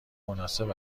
مناسب